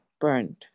burned